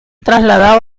trasladado